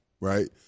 right